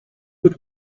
put